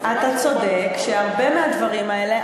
אתה צודק שהרבה מהדברים האלה,